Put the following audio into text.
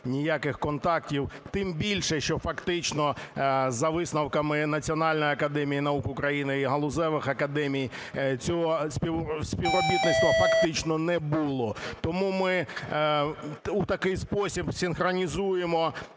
ніяких контактів. Тим більше, що фактично за висновками Національної академії наук України і галузевих академій цього співробітництва фактично не було. Тому ми у такий спосіб синхронізуємо